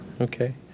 Okay